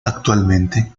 actualmente